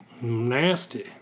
Nasty